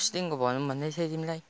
अस्तिदेखिको भनौ भन्दै थिएँ तिमीलाई